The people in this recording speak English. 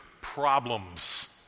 problems